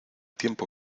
tiempo